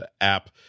app